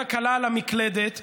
היד הקלה על המקלדת,